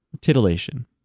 titillation